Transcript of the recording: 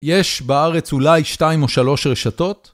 יש בארץ אולי שתיים או שלוש רשתות?